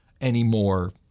anymore